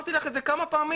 אמרתי לך את זה כמה פעמים,